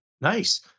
Nice